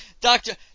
Doctor